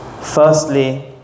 Firstly